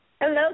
Hello